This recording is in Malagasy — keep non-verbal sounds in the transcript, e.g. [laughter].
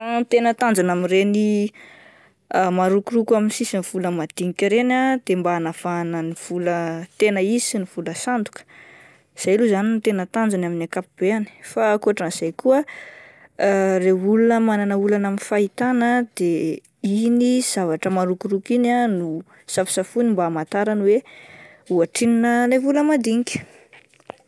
[noise] Ny tena tanjona amin'ireny, [hesitation] marokoroko amin'ny sisiny vola madinika ireny ah de mba anavahana ny vola tena izy sy ny vola sandoka izay aloha zany no tena tanjony amin'ny ankapobeany fa akotran'izay koa [hesitation] ireo olona manana olana amin'ny fahitana de iny zavatra marokoroko iny ah no safosafoiny mba amatarany hoe ohatrinona ilay vola madinika.